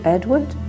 Edward